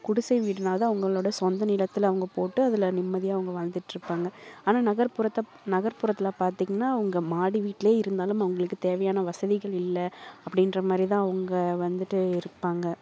குடிசை வீடுனாலும் அவங்களோட சொந்த நிலத்துல அவங்க போட்டு அதில் நிம்மதியாக அவங்க வாழ்ந்திட்ருப்பாங்க ஆனால் நகர்புறத்தை நகர்புறத்தில் பார்த்தீங்கனா அவங்க மாடி வீட்லேயே இருந்தாலும் அவங்களுக்கு தேவையான வசதிகள் இல்லை அப்படீன்ற மாதிரிதான் அவங்க வந்துட்டு இருப்பாங்க